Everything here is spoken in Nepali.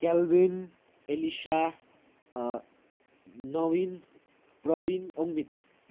kelvin Elisa Naveen Praveen Ongmit